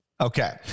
Okay